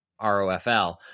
ROFL